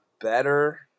better